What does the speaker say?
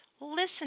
listen